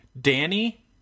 Danny